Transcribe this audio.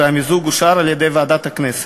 והמיזוג אושר על-ידי ועדת הכנסת.